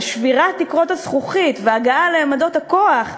על שבירת תקרות הזכוכית והגעה לעמדות כוח,